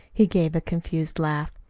he gave a confused laugh.